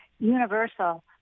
Universal